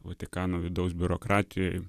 vatikano vidaus biurokratijai